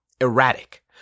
erratic